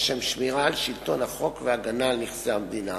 ובמיוחד להתמודדות עם תופעות רחבות של הפרת החוק והתעלמות מהחוק.